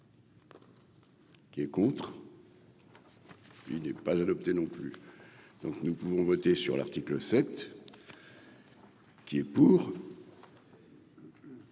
Qui est contre. Il n'est pas adopté, non plus, donc nous pouvons voter sur l'article 7. Qui est pour,